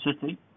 City